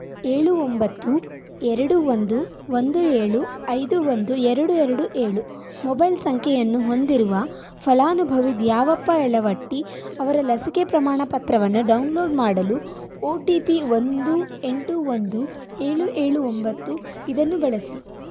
ಏಳು ಒಂಬತ್ತು ಎರಡು ಒಂದು ಒಂದು ಏಳು ಐದು ಒಂದು ಎರಡು ಎರಡು ಏಳು ಮೊಬೈಲ್ ಸಂಖ್ಯೆಯನ್ನು ಹೊಂದಿರುವ ಫಲಾನುಭವಿ ದ್ಯಾವಪ್ಪ ಯಲವಟ್ಟಿ ಅವರ ಲಸಿಕೆ ಪ್ರಮಾಣಪತ್ರವನ್ನು ಡೌನ್ಲೋಡ್ ಮಾಡಲು ಒ ಟಿ ಪಿ ಒಂದು ಎಂಟು ಒಂದು ಏಳು ಏಳು ಒಂಬತ್ತು ಇದನ್ನು ಬಳಸಿ